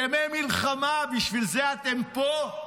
ימי מלחמה, בשביל זה אתם פה?